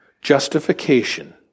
Justification